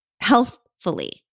healthfully